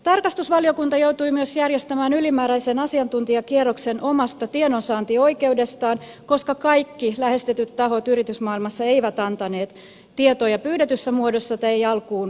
tarkastusvaliokunta joutui myös järjestämään ylimääräisen asiantuntijakierroksen omasta tiedonsaantioikeudestaan koska kaikki lähestytyt tahot yritysmaailmassa eivät antaneet tietoja pyydetyssä muodossa tai ei alkuun kaikilta osin